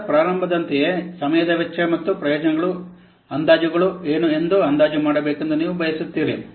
ಹಂತದ ಪ್ರಾರಂಭದಂತೆಯೇ ಸಮಯದ ವೆಚ್ಚ ಮತ್ತು ಪ್ರಯೋಜನಗಳ ಅಂದಾಜುಗಳು ಏನು ಅಂದಾಜು ಮಾಡಬೇಕೆಂದು ನೀವು ಬಯಸುತ್ತೀರಿ